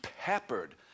peppered